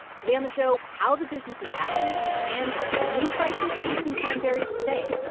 today on the show, how the business adapted and the new crisis facing cranberries today